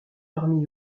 parmi